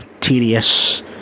tedious